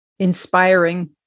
Inspiring